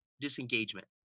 Disengagement